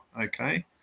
Okay